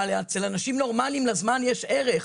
אבל אצל אנשים נורמליים לזמן יש ערך.